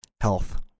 health